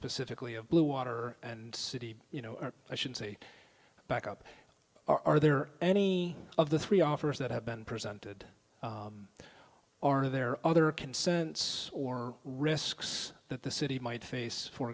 specifically of bluewater and city you know or i should say backup are there any of the three offers that have been presented or are there other consents or risks that the city might face for